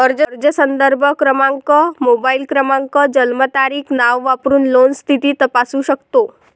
अर्ज संदर्भ क्रमांक, मोबाईल क्रमांक, जन्मतारीख, नाव वापरून लोन स्थिती तपासू शकतो